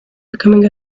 becoming